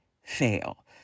fail